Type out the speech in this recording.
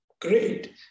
great